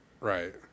Right